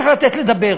צריך לתת לדבר,